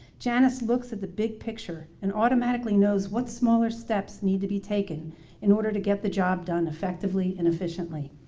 janice looks at the big picture and automatically knows what smaller steps need to be taken in order to get the job done effectively and efficiently.